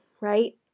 right